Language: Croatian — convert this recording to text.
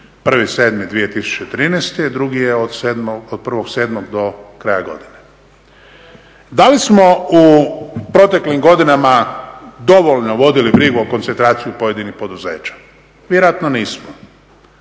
1.7.2013., drugi je od 1.7. do kraja godine. Da li smo u proteklim godinama dovoljno vodili brigu o koncentraciji pojedinih poduzeća? Vjerojatno nismo.